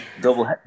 double